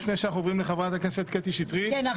לפני שאנחנו עוברים לחברת הכנסת קטי שטרית --- כן.